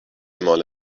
مال